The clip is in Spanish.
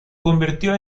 convirtió